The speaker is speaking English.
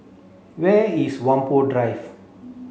where is Whampoa Drive